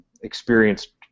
experienced